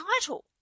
title